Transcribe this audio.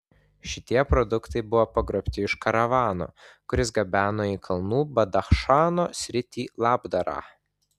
šitie produktai buvo pagrobti iš karavano kuris gabeno į kalnų badachšano sritį labdarą